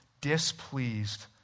displeased